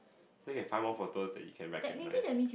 so you can find more photos that you can recognise